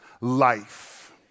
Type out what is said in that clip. life